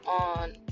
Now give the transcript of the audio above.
on